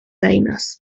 eines